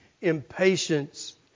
Impatience